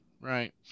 right